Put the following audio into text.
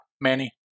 Manny